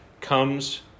comes